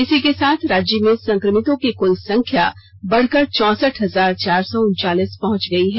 इसी के साथ राज्य में संक्रमितों की कुल संख्या बढ़कर चौंसठ हजार चार सौ उन्वालीस पहंच गई है